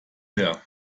her